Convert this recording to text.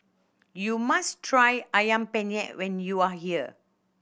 you must try Ayam Penyet when you are here